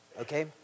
okay